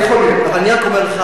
אבל אני רק אומר לך,